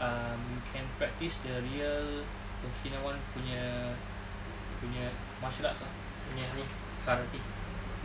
um you can practise the real okinawan punya punya martial arts ah punya ni karate